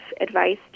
advice